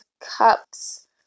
cups